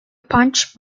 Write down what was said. punch